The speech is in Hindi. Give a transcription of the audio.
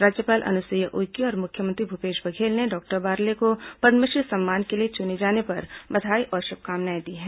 राज्यपाल अनुसुईया उइके और मुख्यमंत्री भूपेश बघेल ने डॉक्टर बारले को पद्मश्री सम्मान के लिए चुने जाने पर बधाई और शुभकामनाएं दी हैं